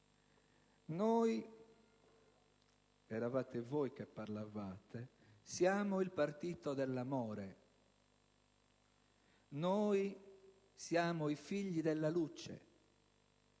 - eravate voi che parlavate - «siamo il partito dell'amore, i figli della luce,